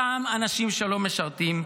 אותם אנשים שלא משרתים,